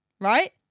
Right